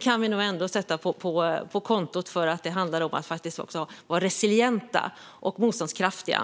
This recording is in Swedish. kan vi nog ändå sätta på kontot för vad som krävs för att vi ska vara resilienta och motståndskraftiga.